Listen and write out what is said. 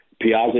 Piazza